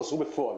ברשותכם,